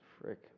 Frick